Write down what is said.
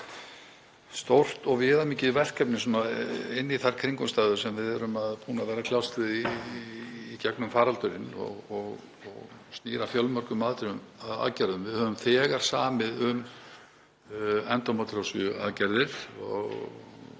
stórt og viðamikið verkefni inn í þær kringumstæður sem við erum búin að vera að kljást við í gegnum faraldurinn og snýr að fjölmörgum aðgerðum. Við höfum þegar samið um endómetríósuaðgerðir